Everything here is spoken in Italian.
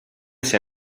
sia